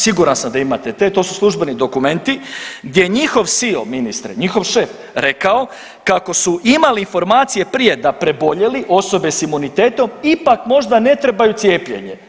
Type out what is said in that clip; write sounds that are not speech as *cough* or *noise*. Siguran sam da imate te, to su službeni dokumenti gdje je njihov … *unintelligible* ministre, njihov šef rekao kako su imali informacije prije da preboljeli, osobe sa imunitetom ipak možda ne trebaju cijepljenje.